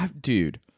Dude